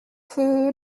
feu